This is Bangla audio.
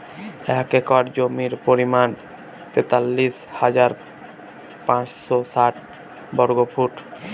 এক একর জমির পরিমাণ তেতাল্লিশ হাজার পাঁচশ ষাট বর্গফুট